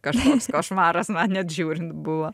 kažkoks košmaras man net žiūrint buvo